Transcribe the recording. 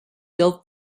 built